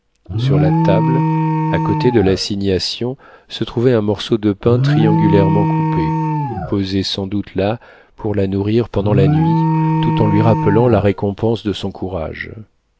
sur la table à côté de l'assignation se trouvait un morceau de pain triangulairement coupé posé sans doute là pour la nourrir pendant la nuit tout en lui rappelant la récompense de son courage